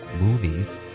movies